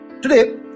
Today